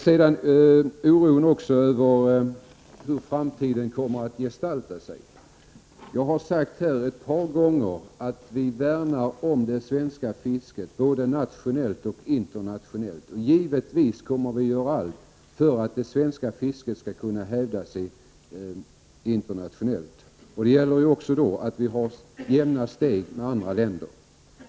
När det gäller oron över hur framtiden kommer att gestalta sig har jag här ett par gånger sagt att vi värnar om det svenska fisket, både nationellt och internationellt. Vi kommer givetvis att göra allt för att det svenska fisket skall kunna hävda sig internationellt. Då gäller det att vi håller jämna steg med andra länder.